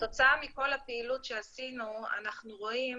כתוצאה מכל הפעילות שעשינו, אנחנו רואים